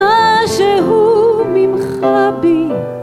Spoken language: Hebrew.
מה שהוא ממך בי